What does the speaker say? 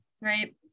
right